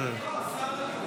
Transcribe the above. לא, השר לביטחון